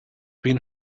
been